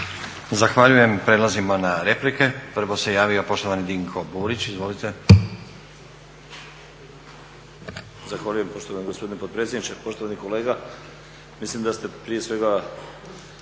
Zahvaljujem. Prelazimo na replike. Prvo se javio poštovani Dinko Burić. Izvolite. **Burić, Dinko (HDSSB)** Zahvaljujem poštovani gospodine potpredsjedniče. Poštovani kolega mislim da ste prije svega